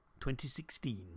2016